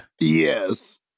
Yes